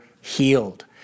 healed